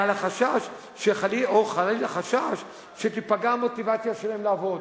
או חלילה חשש שתיפגע המוטיבציה שלהם לעבוד.